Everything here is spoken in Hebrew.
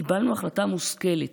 קיבלנו החלטה מושכלת.